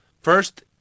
First